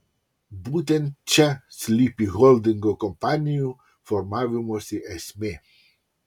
būtent čia slypi holdingo kompanijų formavimosi esmė